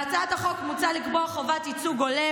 בהצעת החוק מוצע לקבוע חובת ייצוג הולם